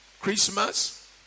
Christmas